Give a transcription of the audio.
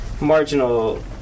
marginal